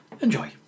Enjoy